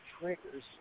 triggers